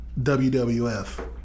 WWF